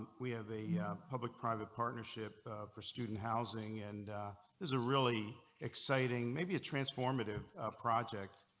we have a public private partnership for student housing and there's a really exciting, maybe a transformative project.